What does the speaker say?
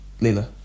Lila